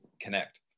connect